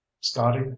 scotty